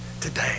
today